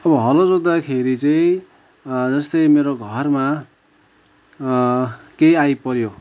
अब हलो जोत्दाखेरि चाहिँ जस्तै मेरो घरमा केही आइपऱ्यो